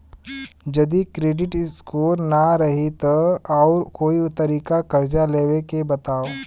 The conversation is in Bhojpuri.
जदि क्रेडिट स्कोर ना रही त आऊर कोई तरीका कर्जा लेवे के बताव?